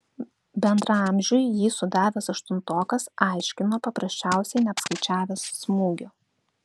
bendraamžiui jį sudavęs aštuntokas aiškino paprasčiausiai neapskaičiavęs smūgio